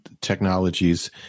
technologies